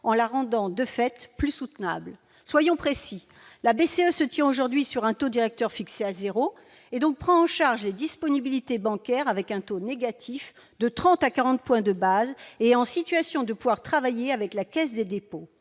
en la rendant de fait plus « soutenable ». Soyons précis ! La BCE se tient aujourd'hui sur un taux directeur fixé à zéro, prend en charge les disponibilités bancaires avec un taux négatif de trente à quarante points de base, et est en situation de pouvoir travailler avec la Caisse des dépôts